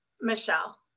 Michelle